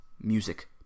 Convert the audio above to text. music